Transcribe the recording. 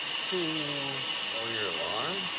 to mow your lawn?